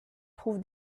trouve